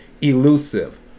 Elusive